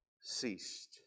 ceased